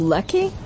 Lucky